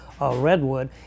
redwood